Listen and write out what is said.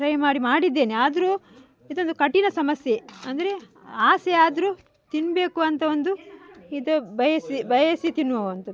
try ಮಾಡಿ ಮಾಡಿದ್ದೇನೆ ಆದ್ರೂ ಇದೊಂದು ಕಠಿಣ ಸಮಸ್ಯೆ ಅಂದರೆ ಆಸೆ ಆದ್ರೂ ತಿನ್ನಬೇಕು ಅಂತ ಒಂದು ಇದು ಬಯಸಿ ಬಯಸಿ ತಿನ್ನುವಂತದ್ದು